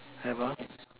never